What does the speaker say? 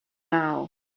now